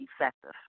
effective